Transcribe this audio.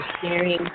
sharing